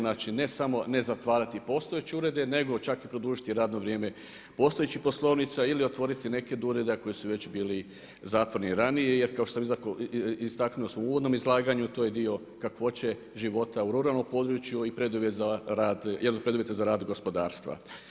Znači ne samo zatvarati postojeće urede nego čak i produžiti radno vrijeme postojećih poslovnica ili otvoriti neki od ureda koji su već bili zatvoreni ranije jer kao što sam istaknuo u uvodnom izlaganju to je dio kakvoće života u ruralnom području i jedan od preduvjeta za rad gospodarstva.